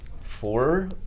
four